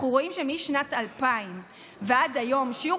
אנחנו רואים שמשנת 2000 ועד היום שיעור